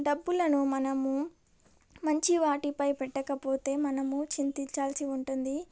డబ్బులను మనము మంచి వాటిపై పెట్టకపోతే మనము చింతించాల్సి ఉంటుంది